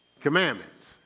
Commandments